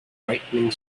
frightening